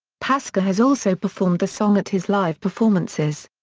paska has also performed the song at his live performances.